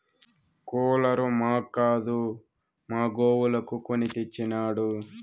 cooler మాక్కాదు మా గోవులకు కొని తెచ్చినాడు